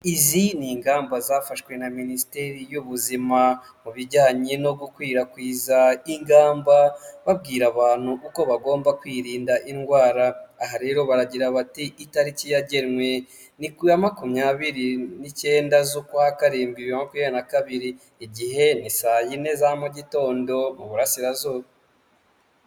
Izi n’ingamba zafashwe na minisiteri y'ubuzima mu bijyanye no gukwirakwiza ingamba babwira abantu uko bagomba kwirinda indwara aha rero baragira bati itariki yagenwe ni ku ya makumyabiri nicyenda z'ukwa karindwi bibiri myakumyabiri nakabiri igihe ni saa yine za mugitondo mu burasirazuba.